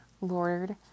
Lord